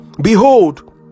Behold